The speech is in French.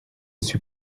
suis